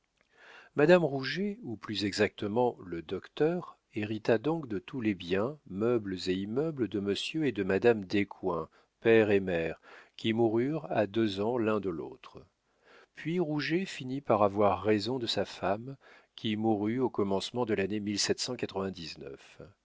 madame rouget ou plus exactement le docteur hérita donc de tous les biens meubles et immeubles de monsieur et de madame descoings père et mère qui moururent à deux ans l'un de l'autre puis rouget finit par avoir raison de sa femme qui mourut au commencement de l'année